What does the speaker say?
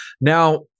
Now